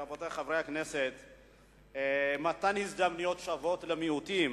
רבותי חברי הכנסת, מתן הזדמנויות שוות למיעוטים